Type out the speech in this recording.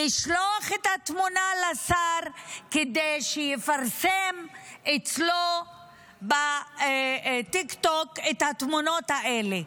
ולשלוח את התמונה לשר כדי שיפרסם אצלו בטיקטוק את התמונות האלה.